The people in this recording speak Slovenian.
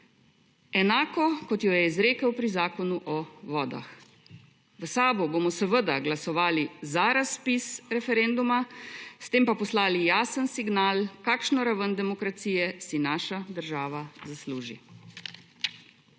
Enako kot jo je izrekel pri Zakonu o vodah. V SAB-u bomo seveda glasovali za razpis referenduma, s tem pa poslali jasen signal kakšno raven demokracije si naša država zasluži.